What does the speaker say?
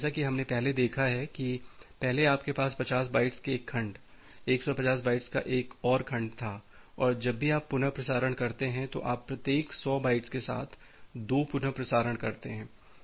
इसलिए जैसा कि हमने पहले देखा है कि पहले आपके पास 50 बाइट्स के एक खंड 150 बाइट्स का एक और खण्ड था और जब भी आप पुनः प्रसारण करते हैं तो आप प्रत्येक 100 बाइट्स के साथ दो पुनः प्रसारण करते हैं